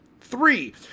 Three